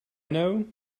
know